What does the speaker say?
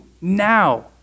now